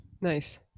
Nice